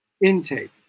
intake